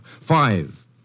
Five